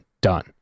done